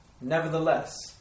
nevertheless